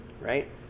Right